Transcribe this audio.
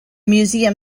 museum